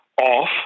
off